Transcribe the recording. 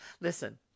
listen